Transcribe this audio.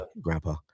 grandpa